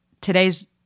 today's –